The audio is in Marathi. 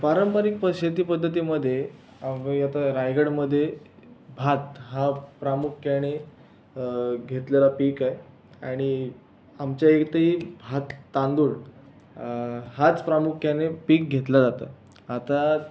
पारंपरीक प शेतीपद्धतीमध्ये अवयत रायगडमध्ये भात हा प्रामुख्याने घेतलेला पीक आहे आणि आमच्या इथेही भात तांदूळ हाच प्रामुख्याने पीक घेतलं जातं आता